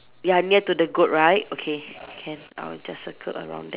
ya near to the goat right okay can I'll just circle around there